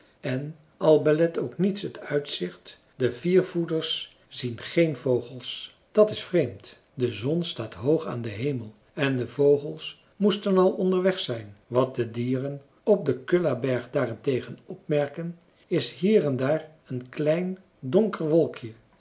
en al belet ook niets het uitzicht de viervoeters zien geen vogels dat is vreemd de zon staat hoog aan den hemel en de vogels moesten al onderweg zijn wat de dieren op den kullaberg daarentegen opmerken is hier en daar een klein donker wolkje